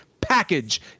package